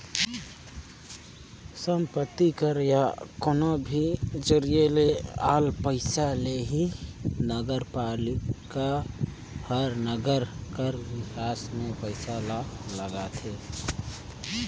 संपत्ति कर या कोनो भी जरिए ले आल पइसा ले ही नगरपालिका हर नंगर कर बिकास में पइसा ल लगाथे